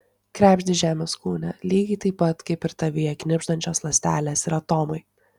krebždi žemės kūne lygiai taip pat kaip ir tavyje knibždančios ląstelės ir atomai